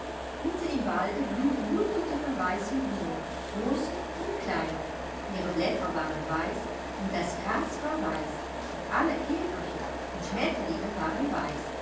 mitten im walde blühten hunderte von weißen blumen große und kleine ihre blätter waren weiß und das gras war weiß und alle käferchen und schmetterlinge waren weiß